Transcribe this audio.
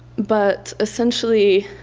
but essentially